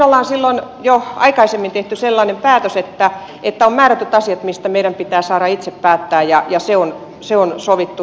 mehän olemme silloin jo aikaisemmin tehneet sellaisen päätöksen että on määrätyt asiat mistä meidän pitää saada itse päättää ja se on sovittu